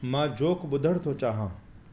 मां जोक ॿुधण थो चाहियां